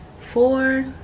four